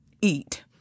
eat